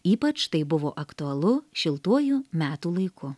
ypač tai buvo aktualu šiltuoju metų laiku